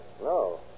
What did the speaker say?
No